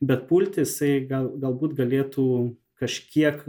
bet pulti jisai gal galbūt galėtų kažkiek